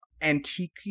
Antique